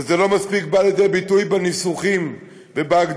וזה לא מספיק בא לידי ביטוי בניסוחים ובהגדרות,